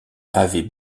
avaient